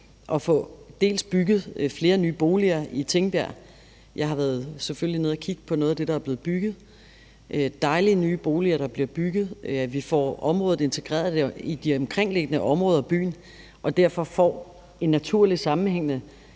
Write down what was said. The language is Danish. at få bygget flere nye boliger i Tingbjerg. Jeg har selvfølgelig været nede at kigge på noget af det, der er blevet bygget. Det er dejlige nye boliger, der bliver bygget, og vi får området integreret med de omkringliggende områder i byen og får derfor et naturligt sammenhængende